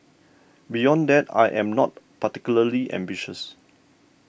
beyond that I am not particularly ambitious